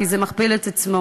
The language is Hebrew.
כי זה מכפיל את עצמו.